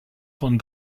von